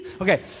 Okay